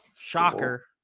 Shocker